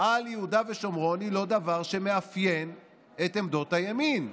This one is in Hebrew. על יהודה ושומרון היא לא דבר שמאפיין את עמדות הימין,